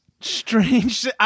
strange